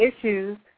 issues